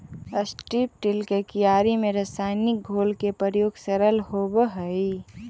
strip till के क्यारि में रसायनिक घोल के प्रयोग सरल होवऽ हई